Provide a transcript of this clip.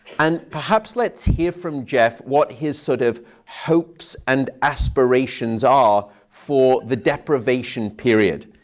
and perhaps let's hear from jeff what his sort of hopes and aspirations are for the deprivation period.